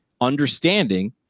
understanding